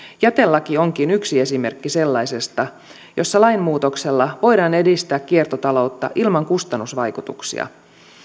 jätelaki onkin yksi esimerkki sellaisesta jossa lainmuutoksella voidaan edistää kiertotaloutta ilman kustannusvaikutuksia